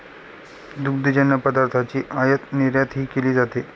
दुग्धजन्य पदार्थांची आयातनिर्यातही केली जाते